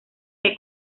que